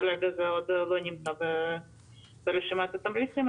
כרגע זה עוד לא נמצא ברשימת התמריצים,